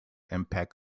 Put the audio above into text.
impact